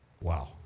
Wow